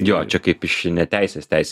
jo čia kaip iš neteisės teisė